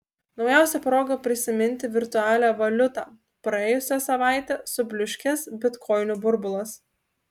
naujausia proga prisiminti virtualią valiutą praėjusią savaitę subliūškęs bitkoinų burbulas